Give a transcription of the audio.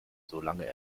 solange